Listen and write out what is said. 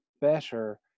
better